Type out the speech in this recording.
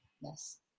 Yes